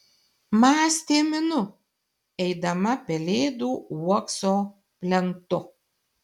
mąstė minu eidama pelėdų uokso plentu